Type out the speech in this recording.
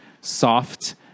soft